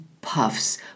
puffs